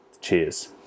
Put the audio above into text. Cheers